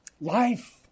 Life